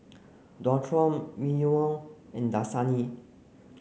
Dualtron Mimeo and Dasani